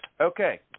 Okay